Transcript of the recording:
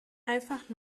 einfach